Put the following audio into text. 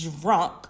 drunk